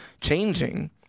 changing